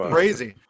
Crazy